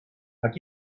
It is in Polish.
tak